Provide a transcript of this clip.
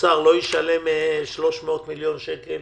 האוצר לא ישלם 300 מיליון שקל